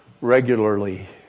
regularly